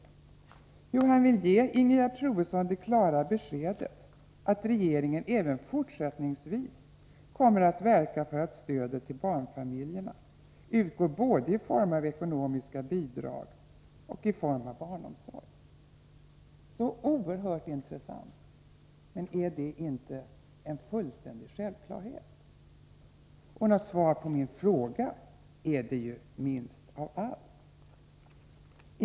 Jo, han vill ”ge Ingegerd Troedsson det klara beskedet att regeringen även fortsättningsvis kommer att verka för att stödet till barnfamiljerna utgår både i form av ekonomiska bidrag och i form av barnomsorg”. Så oerhört intressant! Men är det inte en fullständig självklarhet? Och något svar på min fråga är det ju minst av allt. Herr talman!